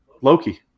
Loki